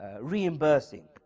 reimbursing